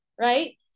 right